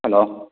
hello